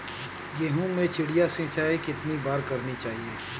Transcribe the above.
गेहूँ में चिड़िया सिंचाई कितनी बार करनी चाहिए?